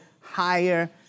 higher